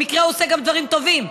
במקרה הוא עושה גם דברים טובים,